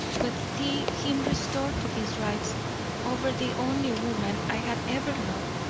but see him restored to his rights over the only woman i had ever loved.